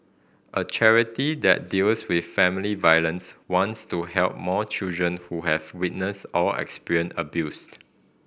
a charity that deals with family violence wants to help more children who have witnessed or experienced abuse